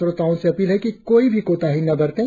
श्रोताओं से अपील है कि कोई भी कोताही न बरतें